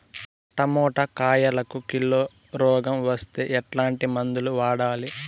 Tomato కాయలకు kilo రోగం వస్తే ఎట్లాంటి మందులు వాడాలి?